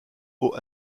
haut